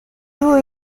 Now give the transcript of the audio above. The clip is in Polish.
były